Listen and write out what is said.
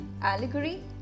Allegory